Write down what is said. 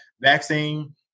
vaccine